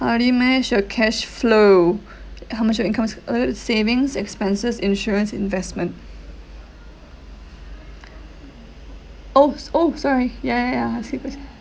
how do you manage your cash flow how much your incomes uh savings expenses insurance investment oh s~ oh sorry ya ya ya I see first